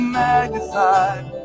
magnified